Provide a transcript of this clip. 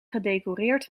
gedecoreerd